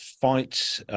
fight